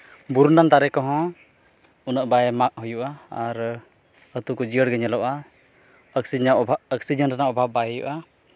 ᱵᱩᱨᱩ ᱨᱮᱱᱟᱜ ᱫᱟᱨᱮ ᱠᱚᱦᱚᱸ ᱩᱱᱟᱹᱜ ᱵᱟᱭ ᱢᱟᱜ ᱦᱩᱭᱩᱜᱼᱟ ᱟᱨ ᱟᱹᱛᱩ ᱠᱚ ᱡᱤᱭᱟᱹᱲᱜᱮ ᱧᱮᱞᱚᱜᱼᱟ ᱚᱠᱥᱤᱡᱮᱱ ᱨᱮᱱᱟᱜ ᱚᱵᱷᱟᱵᱽ ᱵᱟᱭ ᱦᱩᱭᱩᱜᱼᱟ